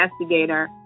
investigator